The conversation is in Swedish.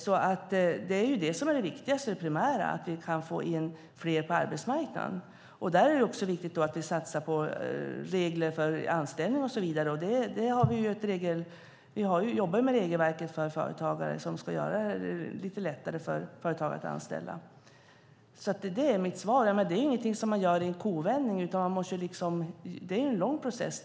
Det viktigaste och det primära är att vi kan få in fler på arbetsmarknaden. Därför är det också viktigt att vi satsar på regler för anställning och så vidare. Vi jobbar ju med regelverket som ska göra det lite lättare för företagare att anställa. Det är mitt svar. Men det är ingenting som man gör i en kovändning. Det är en lång process.